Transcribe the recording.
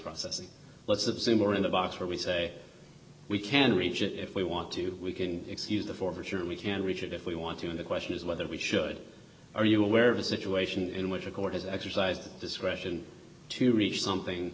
processing lots of similar in the box where we say we can reach it if we want to we can excuse the former sure we can reach it if we want to and the question is whether we should are you aware of a situation in which a court has exercised discretion to reach something